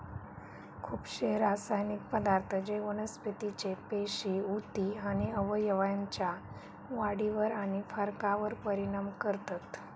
खुपशे रासायनिक पदार्थ जे वनस्पतीचे पेशी, उती आणि अवयवांच्या वाढीवर आणि फरकावर परिणाम करतत